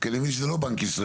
כי אני מבין שזה לא בנק ישראל,